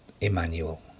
Emmanuel